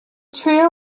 trio